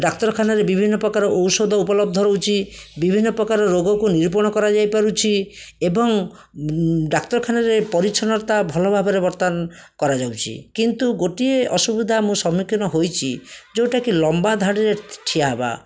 ଡାକ୍ତରଖାନାରେ ବିଭିନ୍ନ ପ୍ରକାର ଔଷଧ ଉପଲବ୍ଧ ରହୁଛି ବିଭିନ୍ନ ପ୍ରକାର ରୋଗକୁ ନିରୂପଣ କରାଯାଇପାରୁଛି ଏବଂ ଡାକ୍ତରଖାନାରେ ପରିଚ୍ଛନ୍ନତା ଭଲ ଭାବରେ ବର୍ତ୍ତମାନ କରାଯାଉଛି କିନ୍ତୁ ଗୋଟିଏ ଅସୁବିଧା ମୁଁ ସମ୍ମୁଖୀନ ହୋଇଛି ଯେଉଁଟାକି ଲମ୍ବା ଧାଡ଼ିରେ ଠିଆ ହେବା